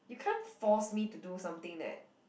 you can't force me to do something that